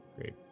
Great